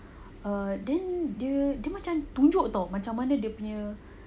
err then dia macam tunjuk [tau] macam mana dia punya